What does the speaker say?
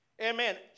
Amen